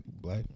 black